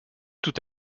tout